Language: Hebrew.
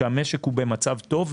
כשהמשק הוא במצב טוב,